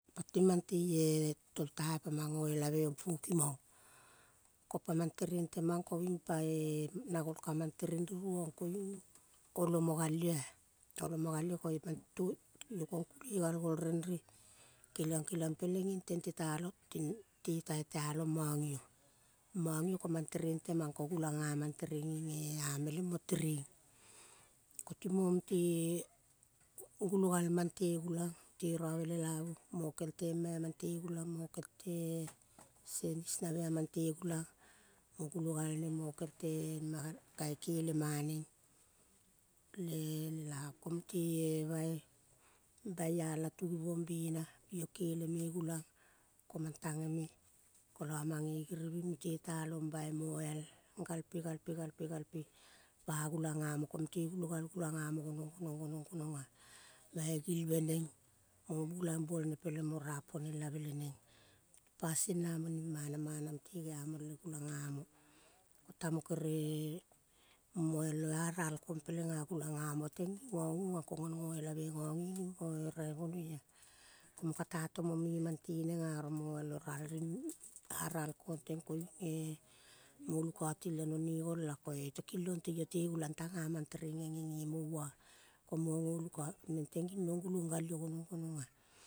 Ti manteie toltaio pamang ngoela ong pungokimang ko pamang tereng temang koing pae na gol kamang tereng ruruong koiung olomo gal ioa. Olomo gal io ko io kong kule gal gol renre keliang, keliang peleng ing tente ting tetai tealong mong io. Mong io komang tereng temang ko gulang ngamang nginge. Ameleng mo tereng. Ko timo mute gulogal mante gulang mute rave lelavu mokel tema amante gulang mokel te sanis nave amante gulang mo gulo galneng mokel te ema kai kelema neng le lelavu. Ko mute-e bai, bai alatuvu mbena io keleme gulang mang tangeme kola mange giriving mute talong bai moal galpe, galpe, galpe, galpe ba gulang ngamo ko mute gulo gal gulang ngamo gonong, gonong, gonong, gonong. Bai gilve neng mo gulang buolne peleng mo ra ponelavel neng pasin namo ni mana, mana mute geamong le gulang ngamo. Tamo kere moelave oaral kong pelenga gulang ngamo teng ngi nganguonga ko nga ngoelave nga ngining moe raivonoi-a. Komo kata tomo me mante nenga oro moial oral ring aral kong teng koiunge mo lukauti leno ne koe ta kilong teio te gulang tang ngamang tereng ngenge nge ngova-a. Ko munge ngo neng teng gulong gal io gonong, gononga.